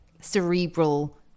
cerebral